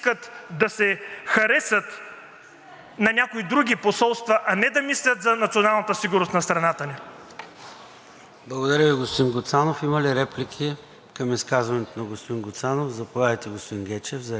Благодаря Ви, господин Гуцанов. Има ли реплики към изказването на господин Гуцанов? Заповядайте, господин Гечев, за реплика.